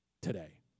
today